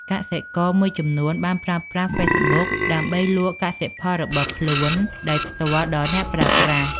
កសិករមួយចំនួនបានប្រើប្រាស់ហ្វេសប៊ុកដើម្បីលក់កសិផលរបស់ខ្លួនដោយផ្ទាល់ដល់អ្នកប្រើប្រាស់។